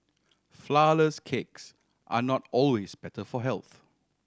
flourless cakes are not always better for health